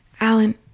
Alan